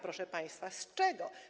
Proszę państwa, z czego?